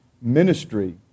ministry